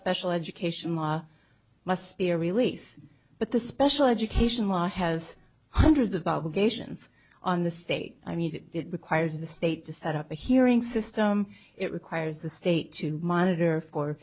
special education must be a release but the special education law has hundreds of obligations on the state i mean it requires the state to set up a hearing system it requires the state to monitor for